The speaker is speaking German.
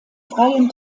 freien